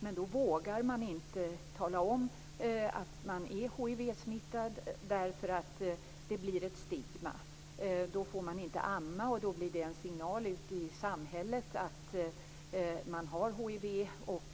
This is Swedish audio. Men då vågar man inte tala om att man är hivsmittad, därför att det blir ett stigma. Då får man inte amma, och det blir signalen ut i samhället att man har hiv.